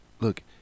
Look